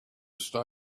stay